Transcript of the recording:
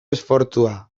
esfortzua